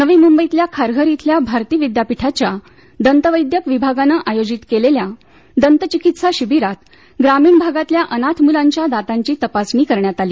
नवी मुंबईतल्या खारघर अल्या भारती विद्यापीठाच्या दंतवैद्यक विभागानं आयोजित केलेल्या दंतचिकित्सा शिवीरात ग्रामीण भागातल्या अनाथ मुलांच्या दातांची तपासणी करण्यात आली